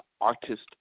artist